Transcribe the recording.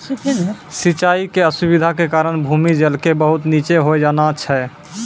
सिचाई के असुविधा के कारण भूमि जल के बहुत नीचॅ होय जाना छै